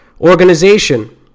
organization